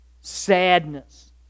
sadness